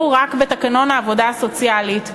נעשתה רק בתקנון העבודה הסוציאלית,